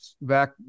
back